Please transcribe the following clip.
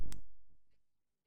שר החינוך הוא זה שחותם על המחיר.